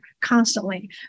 constantly